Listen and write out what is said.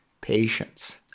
patience